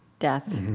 death